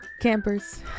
campers